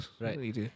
right